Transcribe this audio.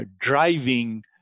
driving